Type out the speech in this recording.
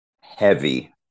heavy